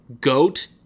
GOAT